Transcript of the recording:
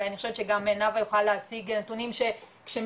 ואני חושבת שגם נאוה יכולה להציג נתונים שכשמישהי